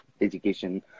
education